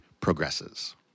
progresses